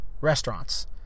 restaurants